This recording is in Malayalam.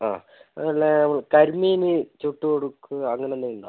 ആ അത് നല്ല കരിമീൻ ചുട്ടുകൊടുക്കുകയോ അങ്ങനെ എന്തെങ്കിലും ഉണ്ടോ